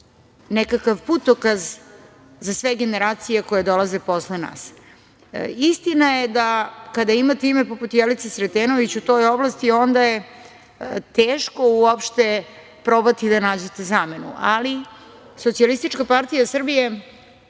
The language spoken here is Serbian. nekakav putokaz za sve generacije koje dolaze posle nas. Istina je kada imate ime poput Jelice Sretenović u toj oblasti, onda je teško uopšte probati da nađete zamenu. Socijalistička partija Srbije